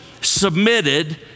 submitted